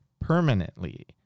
permanently